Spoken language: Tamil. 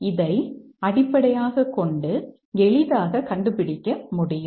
இதை அடிப்படையாகக் கொண்டு எளிதாக கண்டுபிடிக்க முடியும்